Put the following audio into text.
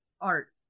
Art